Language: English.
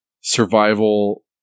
survival